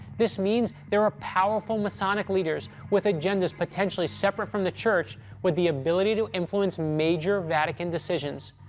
this means there are powerful masonic leaders with agendas potentially separate from the church with the ability to influence major vatican decisions.